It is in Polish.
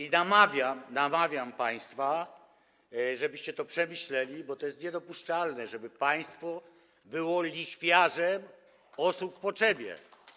I namawiam państwa, żebyście to przemyśleli, bo to jest niedopuszczalne, żeby państwo było lichwiarzem dla osób w potrzebie.